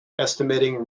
estimating